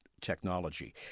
technology